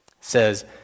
says